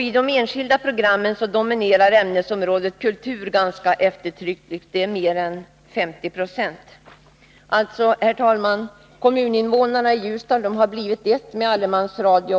I de enskilda programmen dominerar ämnesområdet kultur ganska eftertryckligt — mer än 50 96. Alltså, herr talman: Kommuninvånarna i Ljusdal har blivit ett med allemansradion.